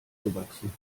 gewachsen